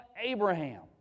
Abraham